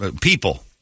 people